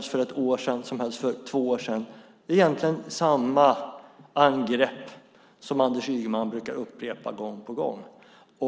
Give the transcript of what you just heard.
för ett år sedan, för två år sedan - egentligen det angrepp som Anders Ygeman gång på gång brukar upprepa.